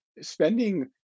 spending